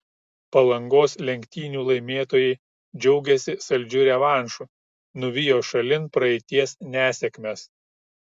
palangos lenktynių laimėtojai džiaugiasi saldžiu revanšu nuvijo šalin praeities nesėkmes